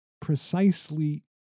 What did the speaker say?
precisely